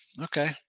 Okay